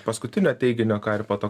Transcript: paskutinio teiginio ką ir po to